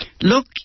look